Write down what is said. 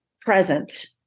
present